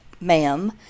ma'am